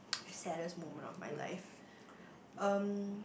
saddest moment of my life um